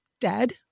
dead